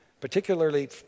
particularly